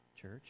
church